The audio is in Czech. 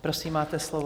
Prosím, máte slovo.